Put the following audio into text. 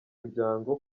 muryango